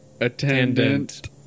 attendant